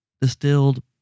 distilled